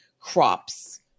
crops